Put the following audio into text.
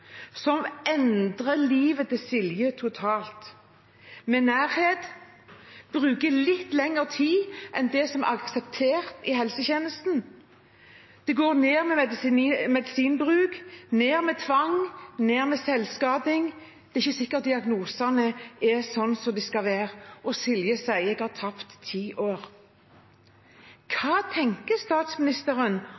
som endrer livet til Silje totalt – med nærhet. Hun bruker litt lengre tid enn det som er akseptert i helsetjenesten. Medisinbruken går ned, bruk av tvang går ned, selvskading går ned. Det er ikke sikkert at diagnosene er slik de skal være. Silje sier at hun har tapt ti år.